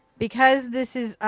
because this is,